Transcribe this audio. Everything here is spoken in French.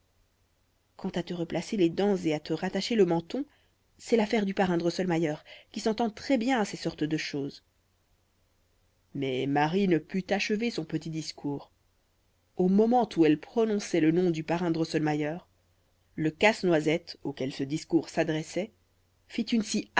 quant à te replacer les dents et à te rattacher le menton c'est l'affaire du parrain drosselmayer qui s'entend très bien à ces sortes de choses mais marie ne put achever son petit discours au moment où elle prononçait le nom du parrain drosselmayer le casse-noisette auquel ce discours s'adressait